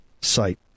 site